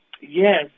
yes